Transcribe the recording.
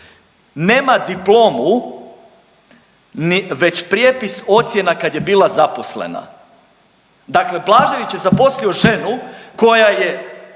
nema diplomu ni, već prijepis ocjena kad je bila zaposlena. Dakle, Blažević je zaposlio ženu koja je